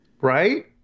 Right